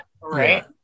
Right